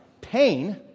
pain